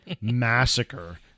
Massacre